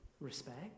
respect